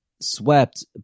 swept